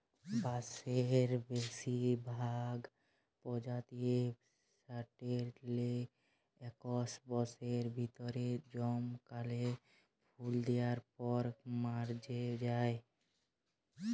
বাঁসের বেসিরভাগ পজাতিয়েই সাট্যের লে একস বসরের ভিতরে জমকাল্যা ফুল দিয়ার পর মর্যে যায়